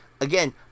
again